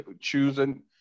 choosing